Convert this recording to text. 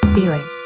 Feeling